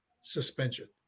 suspension